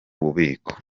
bubiko